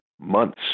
months